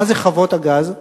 מה זה חוות הגז?